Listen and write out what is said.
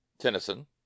tennyson